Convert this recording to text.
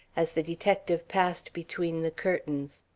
as the detective passed between the curtains.